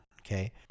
okay